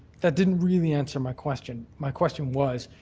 that didn't really answer my question. my question was,